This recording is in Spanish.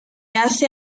hace